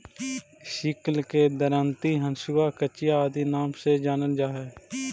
sickle के दरांति, हँसुआ, कचिया आदि नाम से जानल जा हई